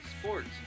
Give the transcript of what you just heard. Sports